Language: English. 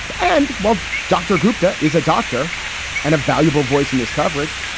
and while dr. gupta is a doctor and a valuable voice in this coverage,